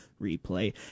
Replay